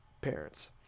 parents